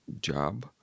job